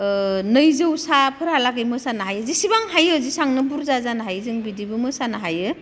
नैजौसाफोरहालागै मोसानो हायो जेसेबां हायो जेसांनो बुरजा जानो हायो जों बिदिबो मोसानो हायो